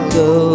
go